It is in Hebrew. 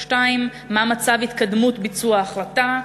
2. מה הוא מצב התקדמות ביצוע ההחלטה?